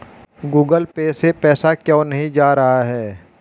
Google Pay से पैसा क्यों नहीं जा रहा है?